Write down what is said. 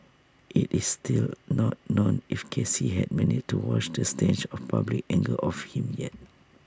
IT is still not known if Casey had managed to wash the stench of public anger off him yet